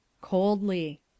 Coldly